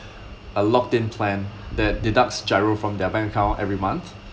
a locked in plan that deducts GIRO from their bank account every month